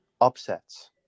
upsets